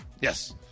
Yes